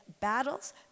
battles